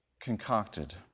concocted